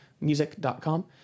music.com